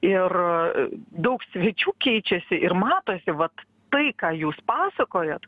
ir daug svečių keičiasi ir matosi vat tai ką jūs pasakojat